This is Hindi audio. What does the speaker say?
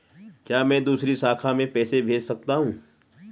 क्या मैं दूसरी शाखा में पैसे भेज सकता हूँ?